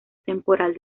temporal